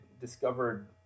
discovered